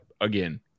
again